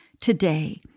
today